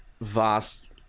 vast